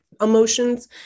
emotions